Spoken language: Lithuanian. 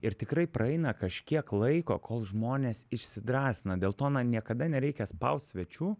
ir tikrai praeina kažkiek laiko kol žmonės išsidrąsina dėl to na niekada nereikia spaust svečių